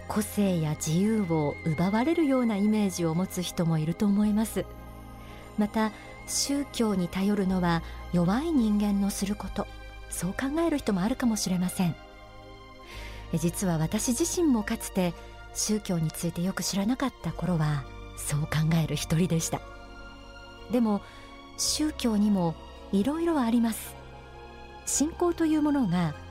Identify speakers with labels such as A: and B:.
A: 個性や自由を奪われるようなイメージを持つ人もいると思います。また、宗教に頼るのは弱い人間のすること、そう考える人もあるかもしれません。実は私自身もかつて宗教についてよく知らなかった頃は、そう考える一人でした。でも、宗教にも色々あります。信仰というものが